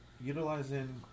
utilizing